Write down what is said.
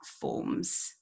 forms